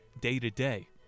day-to-day